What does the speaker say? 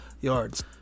yards